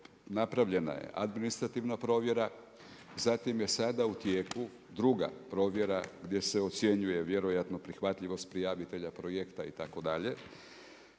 napravljena je administrativna provjera, zatim je sada u tijeku druga provjera gdje se ocjenjuje vjerojatno prihvatljivost prijavitelja projekta itd.